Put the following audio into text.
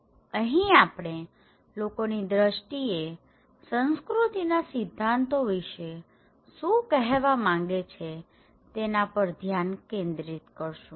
અહિ આપણે લોકો ની દૃષ્ટિએ સંસ્કૃતિના સિદ્ધાંતો વિશે શુ કેવા માગે છે તેના પર ધ્યાન કેન્દ્રિત કરીશુ